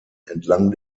entlang